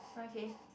okay